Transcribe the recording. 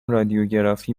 رادیوگرافی